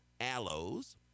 aloes